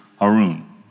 Harun